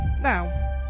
now